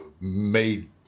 made